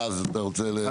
רז, אתה רוצה להמשיך?